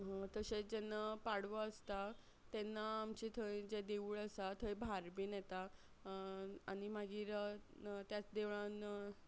तशेंच जेन्ना पाडवो आसता तेन्ना आमचे थंय जें देवूळ आसा थंय भार बीन येता आनी मागीर त्याच देवळांत